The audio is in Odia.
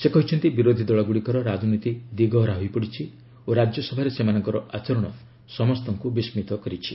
ସେ କହିଛନ୍ତି ବିରୋଧୀଦଳ ଗୁଡ଼ିକର ରାଜନୀତି ଦିଗହରା ହୋଇପଡିଛି ଓ ରାଜ୍ୟସଭାରେ ସେମାନଙ୍କର ଆଚରଣ ସମସ୍ତଙ୍କୁ ବିସ୍କିତ କରିଛି